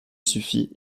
suffit